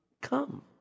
come